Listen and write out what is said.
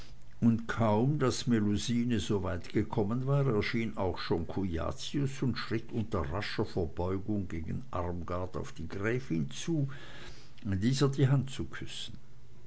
und kaum daß melusine so weit gekommen war erschien auch schon cujacius und schritt unter rascher verbeugung gegen armgard auf die gräfin zu dieser die hand zu küssen